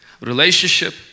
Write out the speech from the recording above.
Relationship